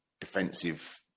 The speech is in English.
defensive